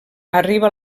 arriba